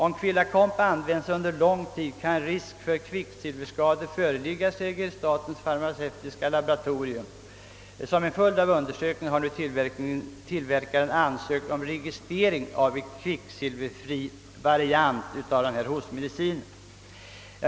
Om quillakomp används under lång tid kan risk för kvicksilverskador föreligga, framhåller statens farmaceutiska laboratorium. Som en följd av undersökningen har nu tillverkaren ansökt om registrering av en kvicksilverfri variant av denna hostmedicin.